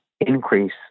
increase